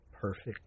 perfect